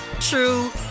true